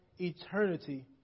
eternity